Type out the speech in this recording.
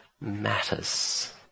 matters